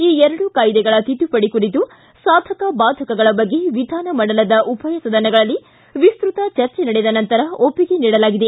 ಈ ಎರಡೂ ಕಾಯ್ದೆಗಳ ತಿದ್ದುಪಡಿ ಕುರಿತು ಸಾಧಕ ಬಾಧಕಗಳ ಬಗ್ಗೆ ವಿಧಾನಮಂಡಲದ ಉಭಯ ಸದನಗಳಲ್ಲಿ ವಿಸ್ತತ ಚರ್ಚೆ ನಡೆದ ನಂತರ ಒಪ್ಪಿಗೆ ನೀಡಲಾಗಿದೆ